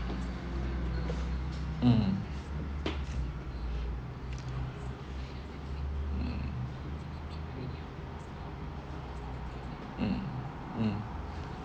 mm mm mm